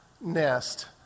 nest